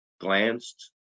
glanced